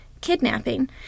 Kidnapping